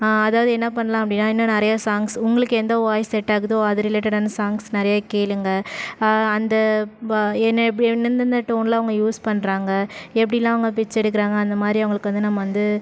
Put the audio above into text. அதாவது என்ன பண்ணலாம் அப்படின்னா இன்னும் நிறைய சாங்ஸ் உங்களுக்கு எந்த வாய்ஸ் செட் ஆகுதோ அது ரிலேட்டடான சாங்ஸ் நிறைய கேளுங்க அந்த ப என்ன எப் எந்தெந்த டோனில் அவங்க யூஸ் பண்ணறாங்க எப்படிலான் அவங்க பிச் எடுக்கிறாங்க அந்தமாதிரி அவர்களுக்கு வந்து நம்ம வந்து